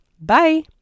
bye